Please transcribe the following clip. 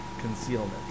concealment